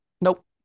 Nope